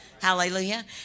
Hallelujah